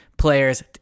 players